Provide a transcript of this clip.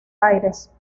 aires